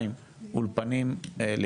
ב' האולפנים.